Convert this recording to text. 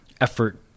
effort